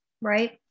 right